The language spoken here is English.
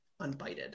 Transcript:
unbited